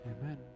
Amen